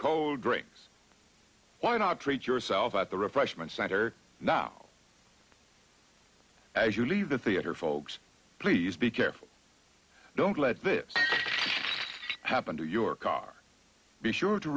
drinks why not treat yourself at the refreshment center now as you leave the theater folks please be careful don't let this happen to your car be sure to